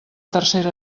tercera